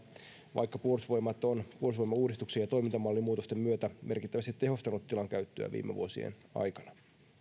vaikka puolustusvoimat on vuosilomauudistuksen ja toimintamallimuutosten myötä merkittävästi tehostanut tilan käyttöä viime vuosien aikana